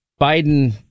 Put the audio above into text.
Biden